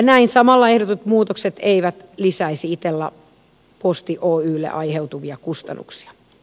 näin samalla ehdotetut muutokset eivät lisäisi itella posti oylle aiheutuvia kustannuksia